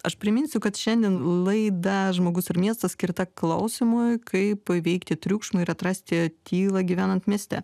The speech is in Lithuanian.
aš priminsiu kad šiandien laida žmogus ir miestas skirta klausimui kaip įveikti triukšmą ir atrasti tylą gyvenant mieste